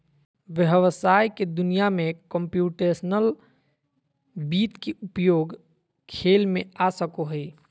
व्हवसाय के दुनिया में कंप्यूटेशनल वित्त के उपयोग खेल में आ सको हइ